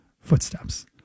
footsteps